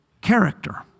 character